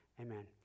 amen